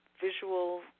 visual